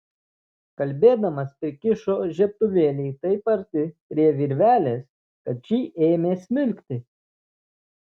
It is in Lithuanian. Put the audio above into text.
kalbėdamas prikišo žiebtuvėlį taip arti prie virvelės kad ši ėmė smilkti